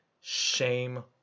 Shame